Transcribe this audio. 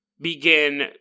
begin